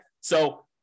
So-